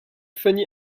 funny